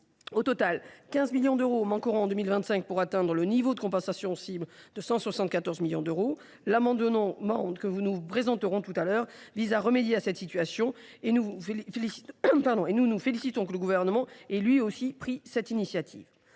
Au total, 15 millions d’euros manqueront en 2025 pour atteindre le niveau de compensation cible de 174 millions d’euros. L’amendement que nous vous présenterons tout à l’heure tend à remédier à cette situation, et nous nous félicitons que le Gouvernement ait lui aussi pris cette initiative.